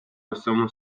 усьому